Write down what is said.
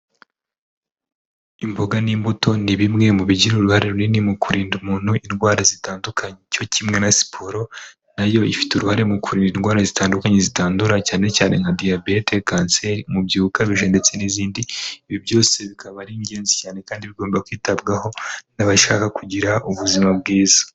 Imboga n'imbuto ni bimwe mu bigira uruhare runini mu kurinda umuntu indwara zitandukanye cyo kimwe na siporo nayo ifite uruhare mu kurinda indwara zitandukanye zitandura cyane cyane nka diabete kanseri umubyibuho ukabije ndetse n'izindi ibi byose bikaba ari ingenzi cyane kandi bigomba kwitabwaho n'abashaka kugira ubuzima bwiza.